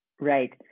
Right